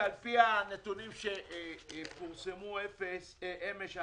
שעל-פי הנתונים שפורסמו אמש,